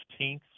15th